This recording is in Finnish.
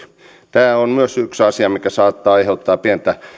tämä on myös yksi asia mikä saattaa aiheuttaa pientä